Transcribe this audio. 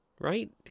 right